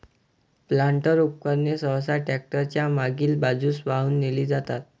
planter उपकरणे सहसा tractor च्या मागील बाजूस वाहून नेली जातात